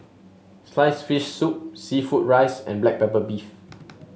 sliced fish soup seafood rice and Black Pepper Beef